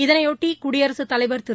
இதனைபொட்டி குடியரசுத்தலைவர் திரு